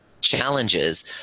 challenges